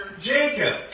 Jacob